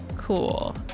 Cool